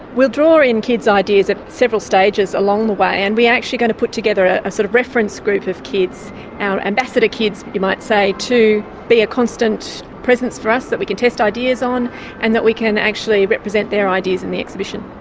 we'll draw in kids' ideas at several stages along the way, and we're actually going to put together ah a sort of reference group of kids our ambassador kids you might say to be a constant presence for us, that we can test ideas on and that we can actually represent their ideas in the exhibition.